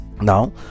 now